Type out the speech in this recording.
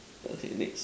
the same age